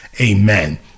Amen